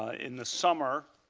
ah in the summer,